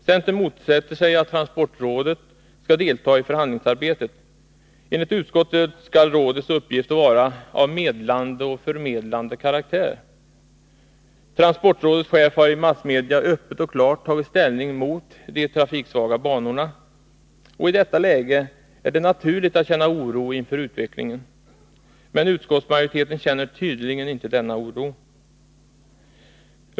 Centern motsätter sig att transportrådet skall delta i förhandlingsarbetet. Enligt utskottet skall rådets uppgifter vara av medlande och förmedlande karaktär. Transportrådets chef har emellertid i massmedia öppet och klart tagit ställning mot de trafiksvaga banorna. I detta läge är det naturligt att känna oro inför utvecklingen, men utskottsmajoriteten känner tydligen inte någon sådan oro.